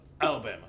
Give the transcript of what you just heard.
Alabama